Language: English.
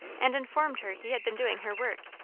and informed her he had been doing her work,